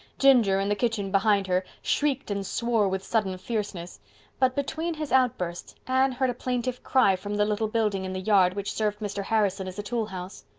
ginger, in the kitchen behind her, shrieked and swore with sudden fierceness but between his outbursts anne heard a plaintive cry from the little building in the yard which served mr. harrison as a toolhouse.